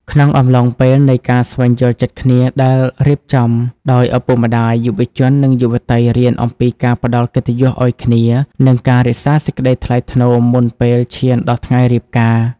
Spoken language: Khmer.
ក្នុងកំឡុងពេលនៃការស្វែងយល់ចិត្តគ្នាដែលរៀបចំដោយឪពុកម្ដាយ យុវជន និងយុវតីរៀនអំពីការផ្ដល់កិត្តិយសឱ្យគ្នា និងការរក្សាសេចក្ដីថ្លៃថ្នូរមុនពេលឈានដល់ថ្ងៃរៀបការ។